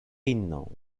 inną